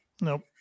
Nope